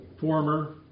former